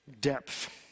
depth